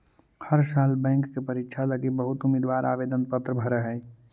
हर साल बैंक के परीक्षा लागी बहुत उम्मीदवार आवेदन पत्र भर हई